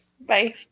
Bye